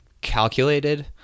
calculated